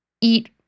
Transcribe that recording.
eat